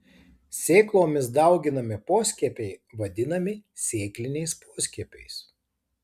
sėklomis dauginami poskiepiai vadinami sėkliniais poskiepiais